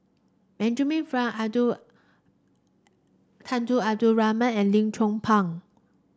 Benjamin Frank Abdul Tunku Abdul Rahman and Lim Chong Pang